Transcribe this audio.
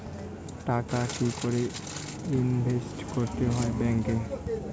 টাকা কি করে ইনভেস্ট করতে হয় ব্যাংক এ?